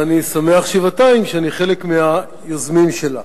ואני שמח שבעתיים שאני חלק מהיוזמים שלה.